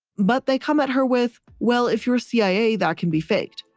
but they come at her with, well, if you're a cia that can be faked,